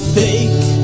fake